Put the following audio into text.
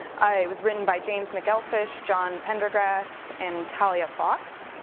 it was written by james mcelfish, john pendergrass, and talia fox.